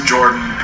Jordan